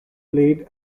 played